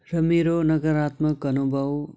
र मेरो नकरात्मक अनुभव